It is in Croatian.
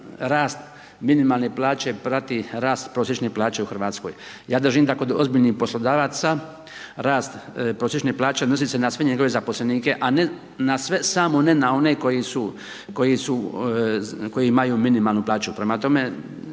rast minimalne plaće prati rast prosječne plaće u Hrvatskoj. Ja držim da kod ozbiljnih poslodavaca, rast prosječne plaće odnosi se na sve njegove zaposlenike a ne, samo ne na one koji imaju minimalnu plaću.